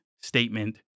statement